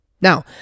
Now